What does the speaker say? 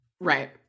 Right